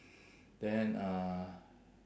then uh